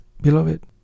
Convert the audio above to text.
Beloved